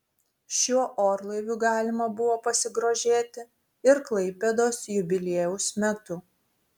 šiuo orlaiviu galima buvo pasigrožėti ir klaipėdos jubiliejaus metu